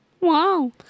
Wow